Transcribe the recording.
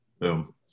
boom